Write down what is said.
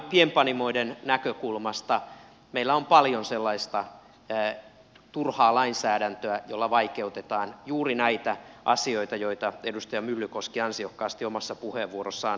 pienpanimoiden näkökulmasta meillä on paljon sellaista turhaa lainsäädäntöä jolla vaikeutetaan juuri näitä asioita joita edustaja myllykoski ansiokkaasti omassa puheenvuorossaan esille toi